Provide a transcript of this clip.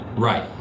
Right